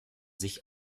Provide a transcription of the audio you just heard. sich